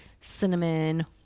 cinnamon